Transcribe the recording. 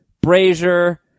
Brazier